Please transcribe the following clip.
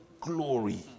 glory